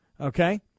Okay